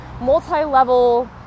multi-level